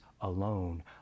alone